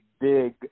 big